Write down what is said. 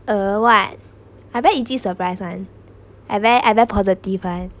uh what I bet is this surprise [one] I very I very positive [one]